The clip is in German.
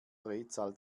drehzahl